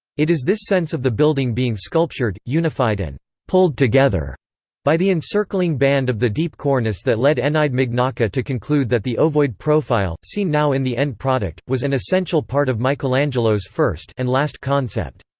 it is this sense of the building being sculptured, unified and pulled together by the encircling band of the deep cornice that led eneide mignacca to conclude that the ovoid profile, seen now in the end product, was an essential part of michelangelo's first and concept.